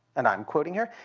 and i'm quoting here,